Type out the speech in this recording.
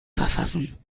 verfassen